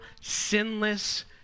sinless